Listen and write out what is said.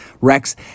Rex